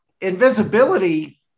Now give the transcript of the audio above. invisibility